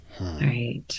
Right